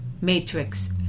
matrix